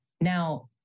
Now